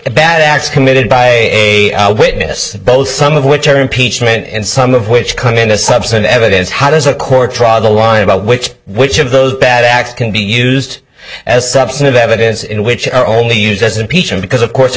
bad acts committed by a witness both some of which are impeachment and some of which come in a subset of evidence how does a court trial the lie about which which of those bad acts can be used as substantive evidence in which are only used as impeachment because of course it